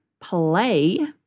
play